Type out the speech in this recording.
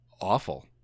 awful